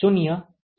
645 WmK છે